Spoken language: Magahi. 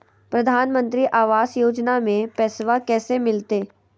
प्रधानमंत्री आवास योजना में पैसबा कैसे मिलते?